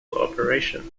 operation